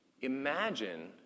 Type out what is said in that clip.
Imagine